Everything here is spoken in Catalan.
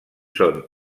són